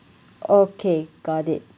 okay got it